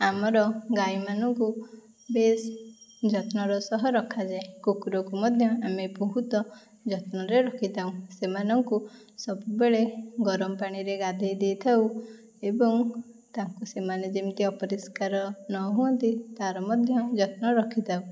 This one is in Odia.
ଆମର ଗାଈମାନଙ୍କୁ ବେଶ୍ ଯତ୍ନର ସହ ରଖାଯାଏ କୁକୁରକୁ ମଧ୍ୟ ଆମେ ବହୁତ ଯତ୍ନରେ ରଖିଥାଉ ସେମାନଙ୍କୁ ସବୁବେଳେ ଗରମ ପାଣିରେ ଗାଧେଇ ଦେଇଥାଉ ଏବଂ ତାଙ୍କୁ ସେମାନେ ଯେମିତି ଅପରିଷ୍କାର ନ ହୁଅନ୍ତି ତା'ର ମଧ୍ୟ ଯତ୍ନ ରଖିଥାଉ